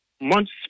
months